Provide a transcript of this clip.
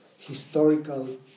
historical